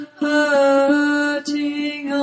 hurting